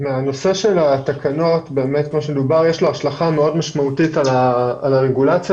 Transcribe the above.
לנושא של התקנות יש השלכה מאוד משמעותית על הרגולציה